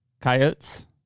coyotes